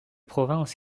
province